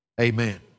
amen